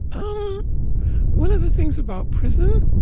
um one of the things about prison,